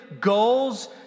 goals